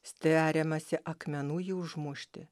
stveriamasi akmenų jį užmušti